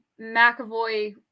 McAvoy